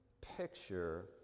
picture